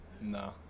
no